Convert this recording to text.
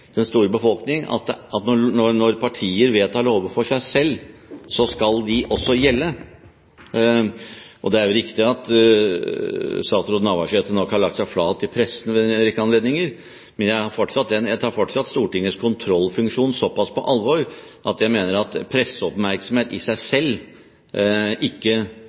den store befolkning, at når partier vedtar lover for seg selv, så skal de også gjelde. Det er riktig at statsråd Navarsete nok har lagt seg flat i pressen ved en rekke anledninger, men jeg tar fortsatt Stortingets kontrollfunksjon såpass på alvor at jeg mener at presseoppmerksomhet i seg